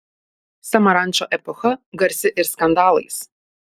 samarančo epocha garsi ir skandalais